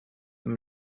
them